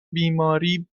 بیماری